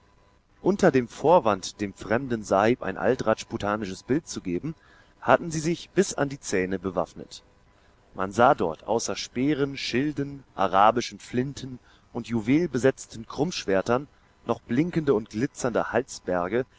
unter dem vorwand dem fremden sahib ein altrajputanisches bild zu geben hatten sie sich bis an die zähne bewaffnet man sah dort außer speeren schilden arabischen flinten und juwelbesetzten krummschwertern noch blinkende und glitzernde halsberge